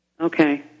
Okay